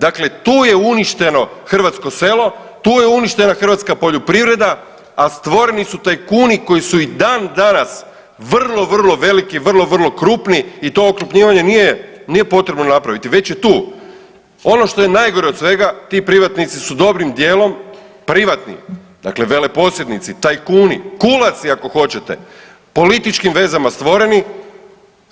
Dakle, tu je uništeno hrvatsko selo, tu je uništena hrvatska poljoprivreda, a stvoreni su tajkuni koji su i dan danas vrlo, vrlo veliki, vrlo, vrlo krupni i to okrupnjivanje nije potrebno napraviti već je tu ono što je najgore od svega ti privatnici su dobrim dijelom privatni, dakle veleposjednici, tajkuni, kulaci ako hoćete političkim vezama stvoreni